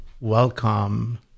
Welcome